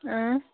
اۭں